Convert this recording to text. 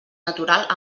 natural